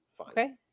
Okay